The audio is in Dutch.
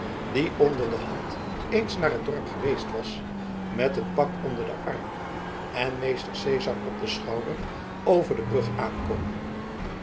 die onder de hand eens naar het dorp geweest was met een pak onder den arm en meester cezar op den schouder over de brug aankomen